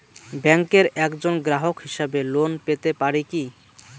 ব্যাংকের একজন গ্রাহক হিসাবে লোন পেতে পারি কি?